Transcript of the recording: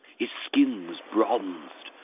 his skin was bronzed,